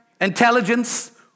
intelligence